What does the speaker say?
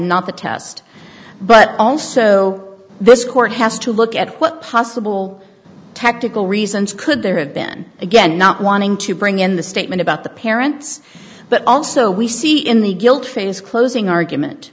not the test but also this court has to look at what possible tactical reasons could there have been again not wanting to bring in the statement about the parents but also we see in the guilt phase closing argument